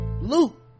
Luke